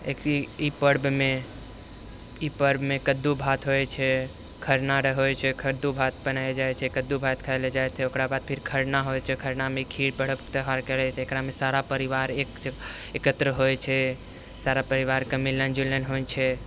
ई पर्वमे कद्दू भात होइ छै खरना रऽ होइ छै कद्दू भात बनाएल जाइ छै कद्दू भात खाइलऽ जाइ छै ओकरा बाद खरना होइ छै खरनामे खीर पर्व त्योहारके रहै छै एकरामे सारा परिवार एकत्र होइ छै सारा परिवारके मिलन जुलन होइ छै